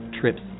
trips